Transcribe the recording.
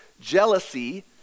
Jealousy